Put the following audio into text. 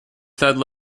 third